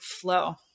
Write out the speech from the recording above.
flow